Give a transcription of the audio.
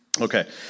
Okay